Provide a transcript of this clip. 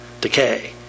decay